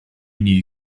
new